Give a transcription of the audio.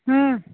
हूं